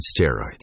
Steroids